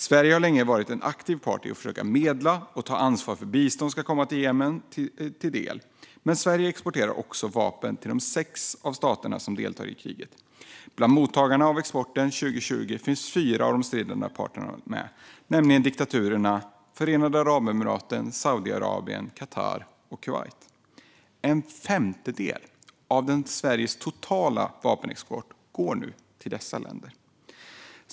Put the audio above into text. Sverige har länge varit en aktiv part i att försöka medla och ta ansvar för att bistånd ska komma Jemen till del. Men Sverige exporterar också vapen till sex av staterna som deltar i kriget. Bland mottagarna av exporten 2020 finns fyra av de stridande parterna med, nämligen diktaturerna Förenade Arabemiraten, Saudiarabien, Qatar och Kuwait. En femtedel av Sveriges totala vapenexport går nu till dessa länder.